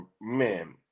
Man